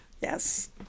yes